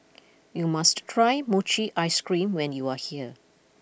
you must try Mochi Ice Cream when you are here